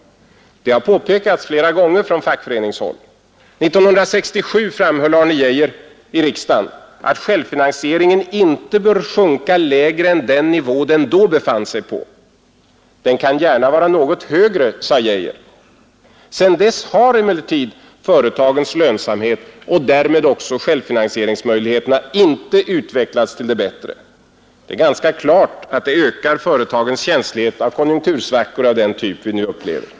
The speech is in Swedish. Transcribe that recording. Det har påpekats flera gånger av företrädare från fackföreningshåll. 1967 framhöll Arne Geijer i riksdagen att självfinansieringen inte bör sjunka lägre än den nivå där den då befann sig. ”Den kan gärna vara något högre”, sade Geijer. Sedan dess har emellertid företagens lönsamhet och därmed också självfinanseringsmöjligheterna inte utvecklats till det bättre. Det är ganska klart att det ökar företagens känslighet inför konjunktursvackor av den typ vi nu upplever.